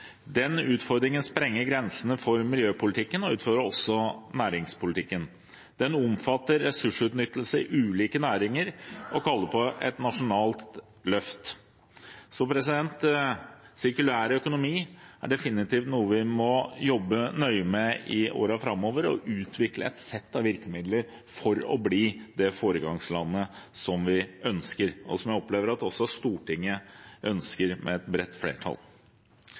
Den utfordringen sprenger grensene for miljøpolitikken og utfordrer også næringspolitikken. Den omfatter ressursutnyttelse i ulike næringer og kaller på et nasjonalt løft. Så sirkulær økonomi er definitivt noe vi må jobbe nøye med i årene framover, og vi må utvikle et sett virkemidler for å bli det foregangslandet vi ønsker, og som jeg opplever at også Stortinget ønsker, med et bredt flertall.